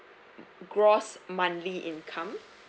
gross monthly income